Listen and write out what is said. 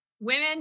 Women